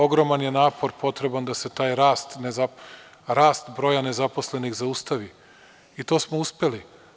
Ogroman je napor potreban da se taj rast broja nezaposlenih zaustavi, i to smo uspeli.